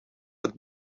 het